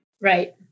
Right